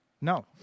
No